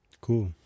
Cool